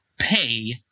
pay